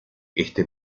este